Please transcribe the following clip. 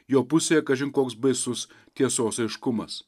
jo pusėje kažin koks baisus tiesos aiškumas